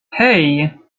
hey